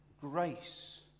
Grace